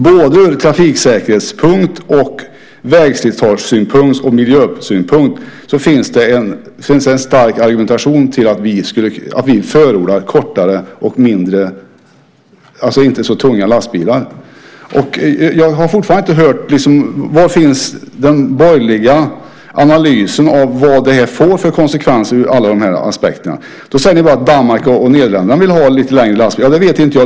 Både ur trafiksäkerhetssynpunkt, vägslitagesynpunkt och miljösynpunkt finns det en stark argumentation för att vi förordar kortare och inte så tunga lastbilar. Jag har fortfarande inte hört var den borgerliga analysen finns av vad det får för konsekvenser ur alla de här aspekterna. Ni säger bara att Danmark och Nederländerna vill ha lite längre lastbilar. Det vet inte jag.